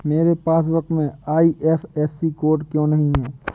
मेरे पासबुक में IFSC code क्यो नहीं है?